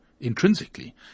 intrinsically